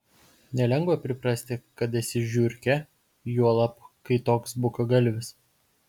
nelengva priprasti kad esi žiurkė juolab kai toks bukagalvis